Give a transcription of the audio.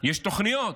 יש תוכניות.